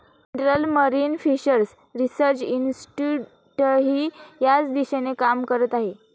central marine fishers research इन्स्टिट्यूटही याच दिशेने काम करत आहे